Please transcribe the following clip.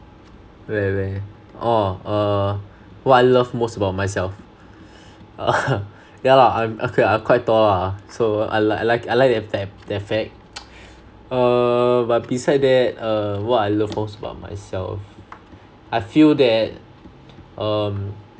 where where oh err what I love most about myself err yeah lah I'm okay lah I'm quite tall lah so I like I like I like that fact that fact err but besides that err what I love most about myself I feel that um